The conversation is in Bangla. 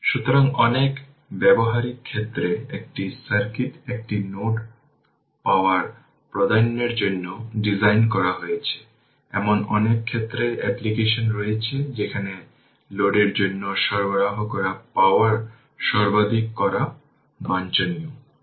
সুতরাং এটি হল উত্তর এটি দেখুন এবং এটি সম্ভবত সার্কিটের এই অধ্যায়ের শেষ উদাহরণ RL খুঁজুন এবং সর্বোচ্চ পাওয়ার স্থানান্তরও pLmax নির্ধারণ করে